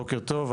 בוקר טוב,